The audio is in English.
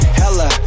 hella